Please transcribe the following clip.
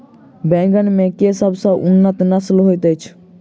बैंगन मे केँ सबसँ उन्नत नस्ल होइत अछि?